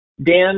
Dan